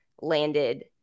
landed